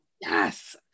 Yes